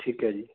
ਠੀਕ ਹੈ ਜੀ